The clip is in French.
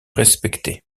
respecté